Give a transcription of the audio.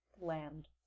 land